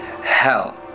Hell